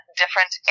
different